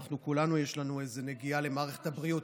אנחנו, לכולנו יש איזו נגיעה למערכת הבריאות.